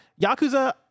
Yakuza